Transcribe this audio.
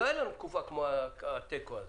לא הייתה לנו תקופה כמו התיקו הזה.